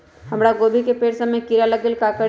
हमरा गोभी के पेड़ सब में किरा लग गेल का करी?